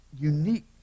unique